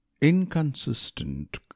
Inconsistent